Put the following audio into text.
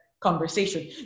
Conversation